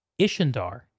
Ishindar